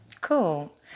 cool